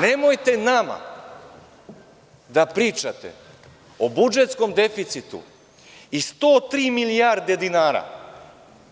Nemojte nama da pričate o budžetskom deficitu i 103 milijarde dinara